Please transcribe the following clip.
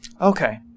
Okay